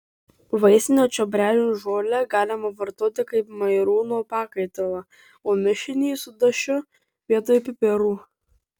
vaistinio čiobrelio žolę galima vartoti kaip mairūno pakaitalą o mišinį su dašiu vietoj pipirų